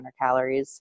calories